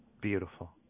Beautiful